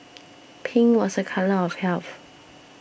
pink was a colour of health